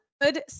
good